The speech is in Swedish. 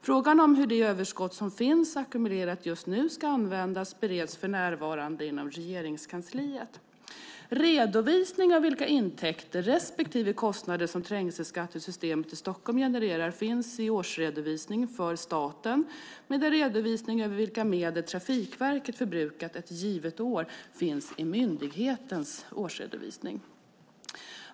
Frågan om hur det överskott som finns ackumulerat just nu ska användas bereds för närvarande inom Regeringskansliet. Redovisning av vilka intäkter respektive kostnader som trängselskattesystemet i Stockholm genererar finns i årsredovisning för staten medan redovisning över vilka medel Trafikverket förbrukat ett givet år finns i myndighetens årsredovisning.